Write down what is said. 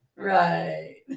Right